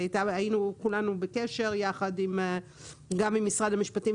היינו כולנו בקשר יחד גם עם משרד המשפטים,